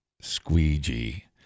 squeegee